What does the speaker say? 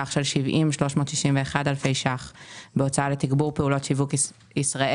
סך של 70,391 אלפי ₪ בהוצאה לתגבור פעולות שיווק ישראל